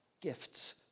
gifts